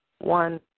one